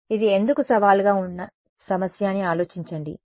కాబట్టి ఇది ఎందుకు సవాలుగా ఉన్న సమస్య అని ఆలోచించండి